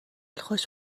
خوش